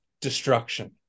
destruction